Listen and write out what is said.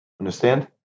Understand